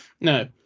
No